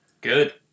Good